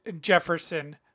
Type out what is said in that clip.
Jefferson